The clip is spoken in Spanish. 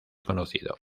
conocido